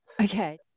okay